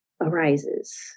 arises